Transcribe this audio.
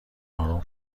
آروم